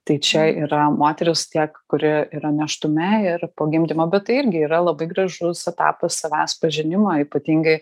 tai čia yra moteris tiek kuri yra nėštume ir po gimdymo bet tai irgi yra labai gražus etapas savęs pažinimo ypatingai